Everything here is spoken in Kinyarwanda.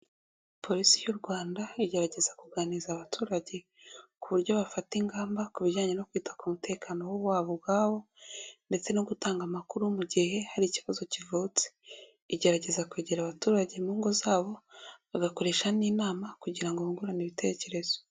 Polisi y'u Rwanda igerageza kuganiriza abaturage ku buryo bafata ingamba ku bijyanye no kwita ku mutekano wabo ubwabo, ndetse no gutanga amakuru mu gihe hari ikibazo kivutse. Igerageza kwegera abaturage mu ngo zabo, bagakoresha n'inama kugira ngo bungurane ibitekerezo.